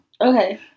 Okay